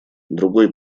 другой